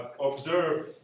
observe